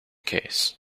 case